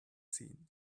seen